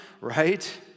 right